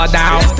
down